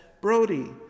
Brody